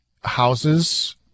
houses